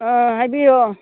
ꯑꯥ ꯍꯥꯏꯕꯤꯎ